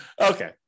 Okay